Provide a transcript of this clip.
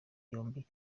yombi